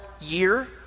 year